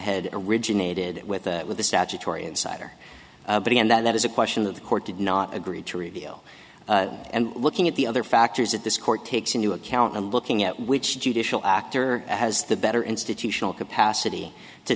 head originated with a statutory insider but again that is a question of the court did not agree to reveal and looking at the other factors that this court takes into account and looking at which judicial actor has the better institutional capacity to